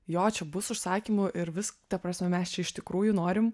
jo čia bus užsakymų ir vis ta prasme mes iš tikrųjų norim